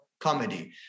comedy